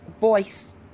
voice